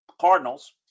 Cardinals